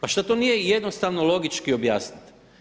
Pa što to nije jednostavno logički objasniti.